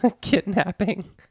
Kidnapping